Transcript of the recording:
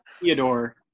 Theodore